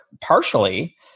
partially